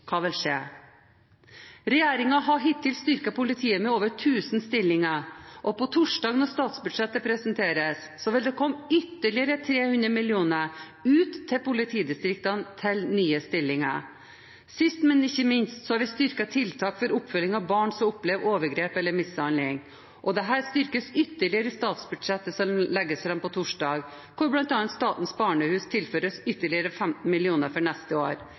Hva vil skje? Regjeringen har hittil styrket politiet med over 1 000 stillinger, og på torsdag, når statsbudsjettet presenteres, vil det komme ytterligere 300 mill. kr ut til politidistriktene til nye stillinger. Sist, men ikke minst, har vi styrket tiltak for oppfølging av barn som opplever overgrep eller mishandling, og dette styrkes ytterligere i statsbudsjettet som legges fram på torsdag, hvor bl.a. Statens Barnehus tilføres ytterligere 15 mill. kr for neste år.